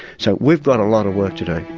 so we've got a lot of work to do.